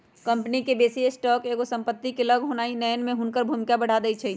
company के बेशी stock एगो व्यक्ति के लग होनाइ नयन में हुनकर भूमिका बढ़ा देइ छै